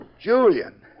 Julian